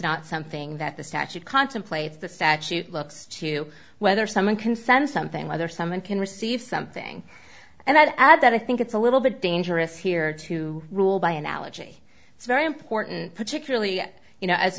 not something that the statute contemplates the statute looks to whether someone can send something whether someone can receive something and i'd add that i think it's a little bit dangerous here to rule by analogy it's very important particularly you know